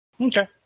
Okay